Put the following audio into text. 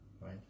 right